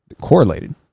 correlated